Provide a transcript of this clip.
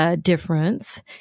difference